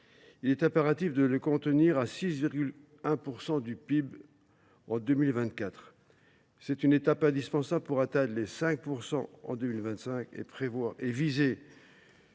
il est impératif de le contenir à 6,1 % du PIB en 2024. Cette étape est indispensable pour atteindre les 5 % en 2025 et viser